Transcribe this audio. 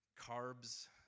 carbs